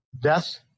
death